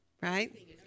Right